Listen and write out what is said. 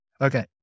Okay